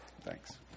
Thanks